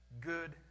good